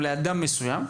או לאדם מסוים,